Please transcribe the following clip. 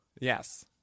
Yes